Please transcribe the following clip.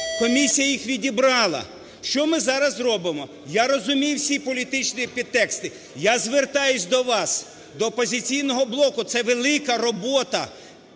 комісія їх відібрала. Що ми зараз робимо? Я розумію всі політичні підтексти. Я звертаюсь до вас, до "Опозиційного блоку". Це велика робота,